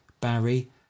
Barry